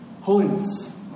holiness